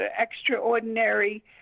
extraordinary